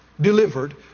delivered